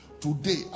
today